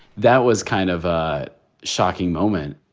that was kind of a shocking moment.